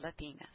Latinas